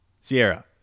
Sierra